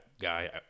guy